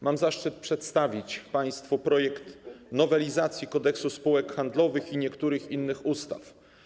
Mam zaszczyt przedstawić państwu projekt nowelizacji Kodeksu spółek handlowych oraz niektórych innych ustaw.